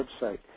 website